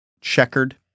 checkered